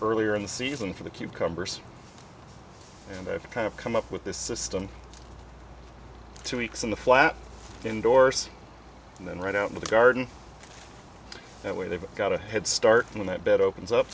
earlier in the season for the cucumber see and i've kind of come up with this system two weeks in the flat indoors and then right out in the garden that way they've got a head start in that bed opens up